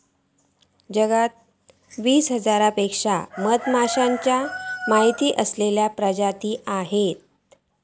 जगात वीस हजारांपेक्षा मधमाश्यांचे माहिती असलेले प्रजाती हत